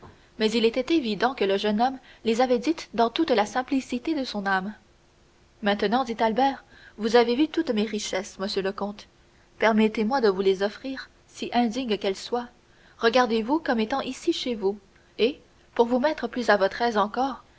mais il était évident que le jeune homme les avait dites dans toute la simplicité de son âme maintenant dit albert vous avez vu toutes mes richesses monsieur le comte permettez-moi de vous les offrir si indignes qu'elles soient regardez-vous comme étant ici chez vous et pour vous mettre plus à votre aise encore